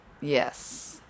Yes